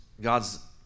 God's